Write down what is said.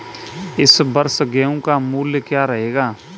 इस वर्ष गेहूँ का मूल्य क्या रहेगा?